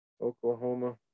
Oklahoma